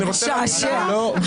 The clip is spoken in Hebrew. משעשע.